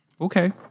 okay